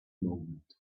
moment